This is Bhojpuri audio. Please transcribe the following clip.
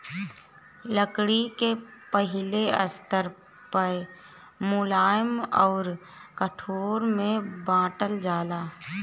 लकड़ी के पहिले स्तर पअ मुलायम अउर कठोर में बांटल जाला